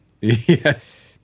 Yes